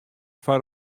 foar